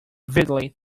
vividly